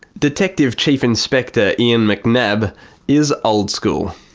detective chief inspector ian mcnab is old school.